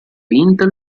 intel